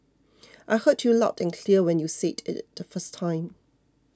I heard you loud and clear when you said it the first time